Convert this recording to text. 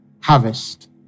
harvest